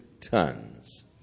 tons